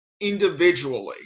individually